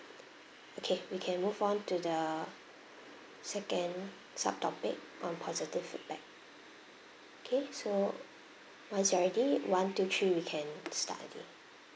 okay we can move on to the second subtopic um positive feedback okay so once we are ready one two three we can start again